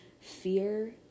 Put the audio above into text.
fear